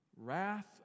Wrath